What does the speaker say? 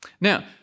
Now